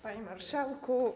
Panie Marszałku!